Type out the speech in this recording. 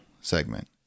segment